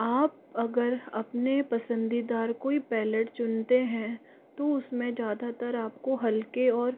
आप अगर अपने पसंदीदार कोई पयलेट चुनते हैं तो उसमें ज़्यादातर आपको हल्के और